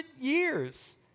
years